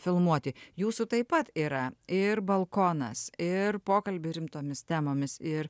filmuoti jūsų taip pat yra ir balkonas ir pokalbiai rimtomis temomis ir